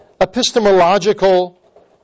epistemological